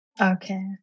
Okay